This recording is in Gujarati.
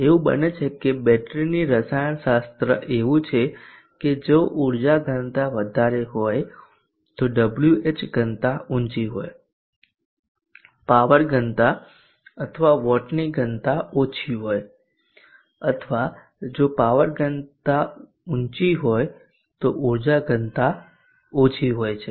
એવું બને છે કે બેટરીની રસાયણશાસ્ત્ર એવું છે કે જો ઉર્જા ઘનતા વધારે હોય તો Wh ઘનતા ઊંચી હોય પાવર ઘનતા અથવા વોટની ઘનતા ઓછી હોય અથવા જો પાવર ઘનતા ઊંચી હોય તો ઉર્જા ઘનતા ઓછી હોય છે